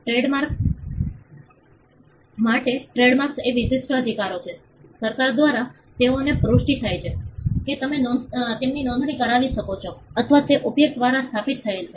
trademarks માટે trademark એ વિશિષ્ટ અધિકારો છે સરકાર દ્વારા તેઓની પુષ્ટિ થાય છે કે તમે તેમની નોંધણી કરાવી શકો છો અથવા તે ઉપયોગ દ્વારા સ્થાપિત થયેલ છે